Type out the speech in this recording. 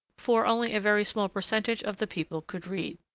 for only a very small percentage of the people could read.